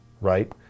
right